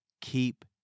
keep